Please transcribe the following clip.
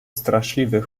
straszliwy